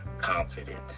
confidence